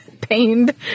pained